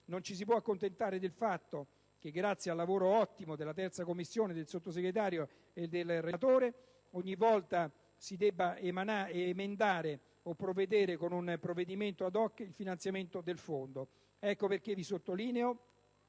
Non ci si può accontentare del fatto che, grazie al lavoro, ottimo, della 3a Commissione, del Sottosegretario e del relatore, ogni volta si debba emendare o provvedere con un intervento normativo *ad hoc* al finanziamento del Fondo. Ecco perché vi sottolineo